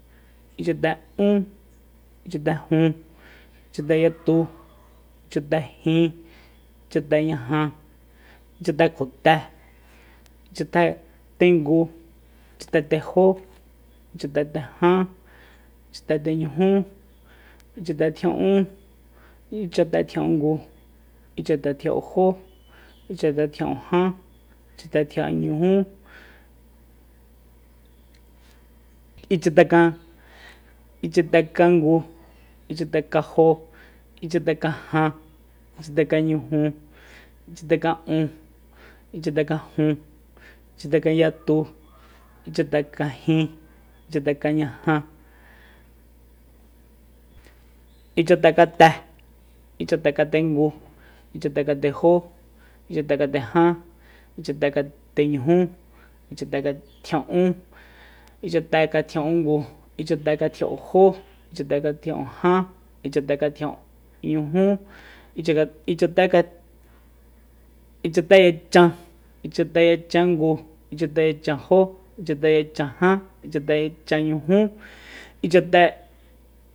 Ichate'un ichatejun ichateyatu ichatejin ichateñaja ichatekjote ichatetengu ichatetejó ichatetejan ichateteñujú ichatetjia'ún ichatetjia'ungu ichatetjia'unjó ichatetjia'unjan ichatetjia'uñujú ichatekan ichatekangu ichatekanjo ichatekajan ichatekañuju ichateka'un ichatekajun ichatekanyatu ichate kajin ichatekañaja ichatekate ichatekatengu ichatekatejó ichatekatejan ichatekateñujú ichatekatekatjia'ún ichatekatjia'úngu ichatekatjia'unjó ichatekatjia'unjan ichatekatjia'uñujú ichateyachan ichateyachangu ichateyachanjó ichateyachajan ichateyachañujú ichate